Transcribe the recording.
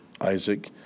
Isaac